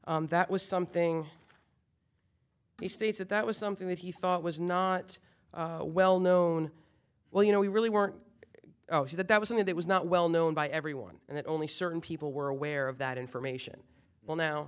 that was something he states that that was something that he thought was not well known well you know we really weren't sure that that was i mean that was not well known by everyone and that only certain people were aware of that information well now